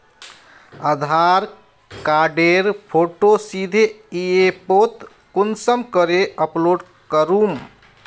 आधार कार्डेर फोटो सीधे ऐपोत कुंसम करे अपलोड करूम?